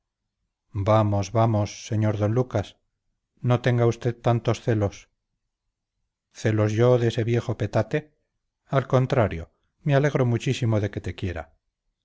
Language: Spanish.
vamos vamos señor don lucas no tenga usted tantos celos celos yo de ese viejo petate al contrario me alegro muchísimo de que te quiera